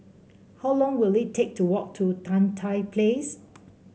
how long will it take to walk to Tan Tye Place